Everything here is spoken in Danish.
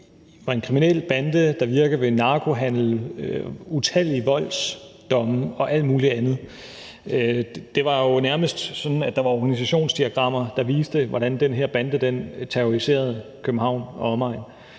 var en kriminel bande, der virkede ved narkohandel, og som havde utallige voldsdomme og alt muligt andet. Det var jo nærmest sådan, at der var organisationsdiagrammer, der viste, hvordan den her bande terroriserede København og omegn.